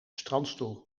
strandstoel